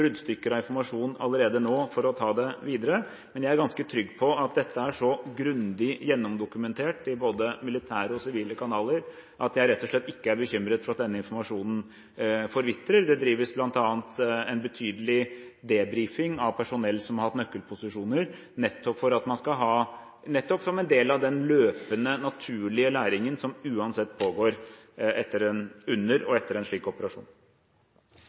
av informasjon allerede nå for å ta det med videre, men jeg er trygg på at dette er så grundig gjennomdokumentert i både militære og sivile kanaler at jeg rett og slett ikke er bekymret for at denne informasjonen forvitrer. Det drives bl.a. en betydelig debrifing av personell som har hatt nøkkelposisjoner, nettopp som en del av den løpende, naturlige læringen som uansett pågår under og etter en slik operasjon.